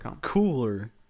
cooler